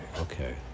Okay